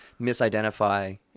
misidentify